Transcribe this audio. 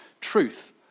truth